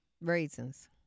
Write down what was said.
Raisins